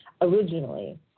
originally